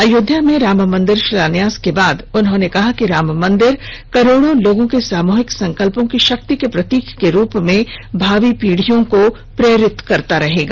अयोध्या में राम मंदिर शिलान्यास के बाद उन्होंने कहा कि राम मंदिर करोड़ों लोगों के सामूहिक संकल्पों की शक्ति के प्रतीक के रूप में भावी पीढ़ियों को प्रेरित करता रहेगा